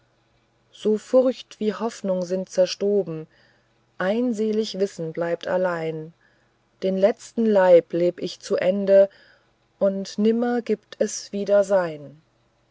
so furcht wie hoffnung sind zerstoben ein selig wissen blieb allein den letzten leib leb ich zu ende und nimmer gibt es wiedersein